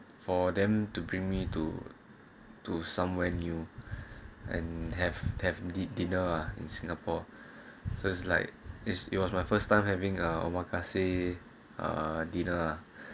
for them to bring me to to somewhere new and have theft did dinner in singapore so it's like is it was my first time having a omakase dinner